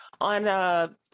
on